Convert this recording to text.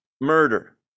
murder